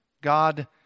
God